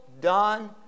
done